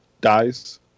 dies